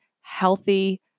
healthy